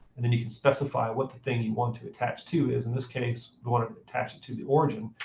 and then you can specify what the thing you want to attach to is. in this case, we want to attach it to the origin.